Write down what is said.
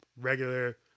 regular